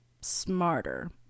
smarter